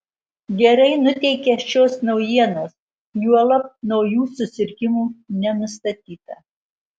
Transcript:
gerai nuteikia šios naujienos juolab naujų susirgimų nenustatyta